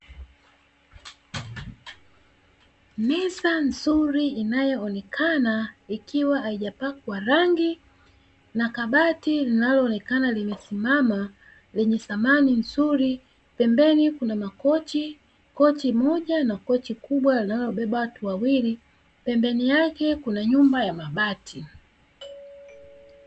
Meza nzuri inayoonekana ikiwa haijapakwa rangi na kabati linaloonekana limesimama lenye samani nzuri, pembeni kuna makochi, kochi moja na kochi kubwa linalobeba watu wawili, pembeni yake kuna nyumba ya mabati.